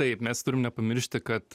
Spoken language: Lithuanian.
taip mes turim nepamiršti kad